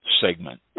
segment